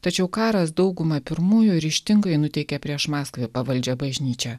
tačiau karas daugumą pirmųjų ryžtingai nuteikė prieš maskvai pavaldžią bažnyčią